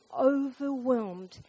overwhelmed